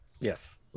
Yes